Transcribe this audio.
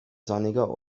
sonniger